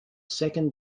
second